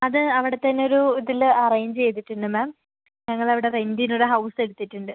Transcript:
അത് അവിടെത്തന്നെ ഒരു ഇതില് അറേഞ്ച് ചെയ്തിട്ടുണ്ട് മാം ഞങ്ങള് ഇവിടെ റെൻറ്റിനൊരു ഹൗസ് എടുത്തിട്ടുണ്ട്